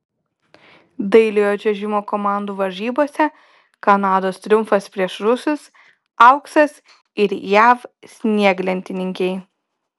dailiojo čiuožimo komandų varžybose kanados triumfas prieš rusus auksas ir jav snieglentininkei